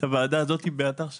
הוועדה הזאת באתר "שווים",